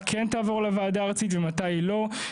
כן תעבור לוועדה הארצית ומתי היא לא,